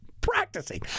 Practicing